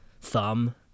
thumb